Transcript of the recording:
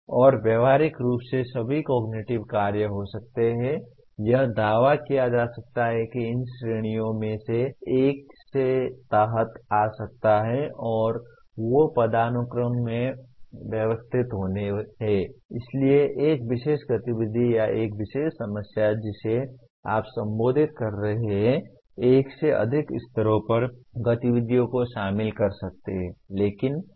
और व्यावहारिक रूप से सभी कॉगनिटिव कार्य हो सकते हैं यह दावा किया जा सकता है कि इन श्रेणियों में से एक के तहत आ सकता है और वे पदानुक्रम में व्यवस्थित होते हैं इसलिए एक विशेष गतिविधि या एक विशेष समस्या जिसे आप संबोधित कर रहे हैं एक से अधिक स्तरों पर गतिविधियों को शामिल कर सकते हैं